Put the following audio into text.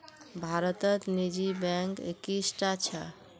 भारतत निजी बैंक इक्कीसटा छ